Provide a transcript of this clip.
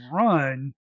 run